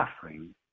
suffering